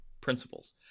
principles